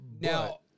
Now